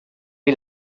est